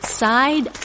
side